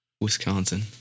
Wisconsin